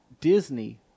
Disney